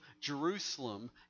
Jerusalem